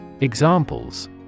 Examples